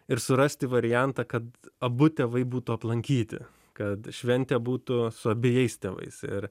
ir surasti variantą kad abu tėvai būtų aplankyti kad šventė būtų su abejais tėvais ir